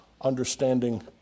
understanding